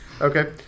Okay